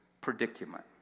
predicament